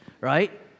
right